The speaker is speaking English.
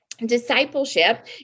discipleship